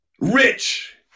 rich